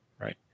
right